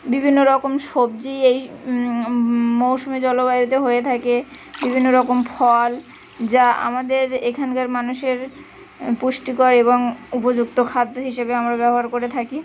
বিভিন্ন রকম সবজি এই মৌসুমী জলবায়ুতে হয়ে থাকে বিভিন্ন রকম ফল যা আমাদের এখানকার মানুষের পুষ্টিকর এবং উপযুক্ত খাদ্য হিসেবে আমরা ব্যবহার করে থাকি